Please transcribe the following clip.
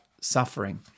suffering